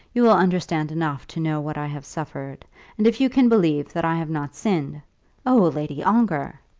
you will understand enough to know what i have suffered and if you can believe that i have not sinned oh, lady ongar!